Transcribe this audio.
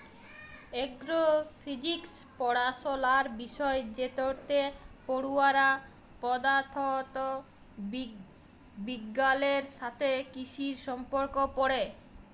এগ্র physics পড়াশলার বিষয় যেটতে পড়ুয়ারা পদাথথ বিগগালের সাথে কিসির সম্পর্ক পড়ে